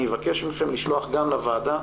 אני מבקש מכם לשלוח גם לוועדה